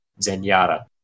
Zenyatta